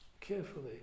carefully